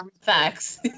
Facts